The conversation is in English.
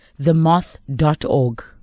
themoth.org